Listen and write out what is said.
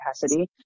capacity